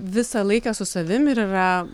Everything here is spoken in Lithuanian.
visą laiką su savim ir yra